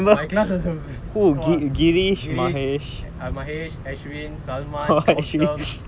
my class was um um gerish mahesh ashwin salman gautham